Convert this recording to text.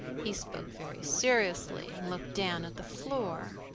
he spoke very seriously and looked down at the floor.